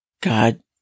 God